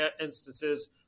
instances